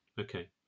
okay